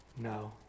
No